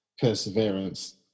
perseverance